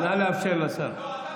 נא לאפשר לשר.